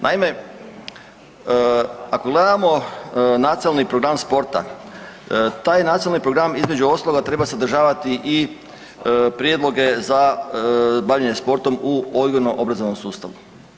Naime, ako gledamo Nacionalni program sporta, taj nacionalni program između ostaloga treba sadržavati i prijedloge za bavljenje sportom u odgojno-obrazovnom sustavu.